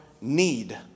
need